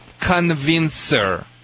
Convincer